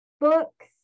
books